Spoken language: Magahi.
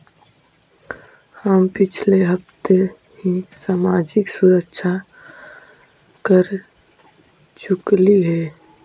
हम पिछले हफ्ते ही सामाजिक सुरक्षा कर चुकइली हे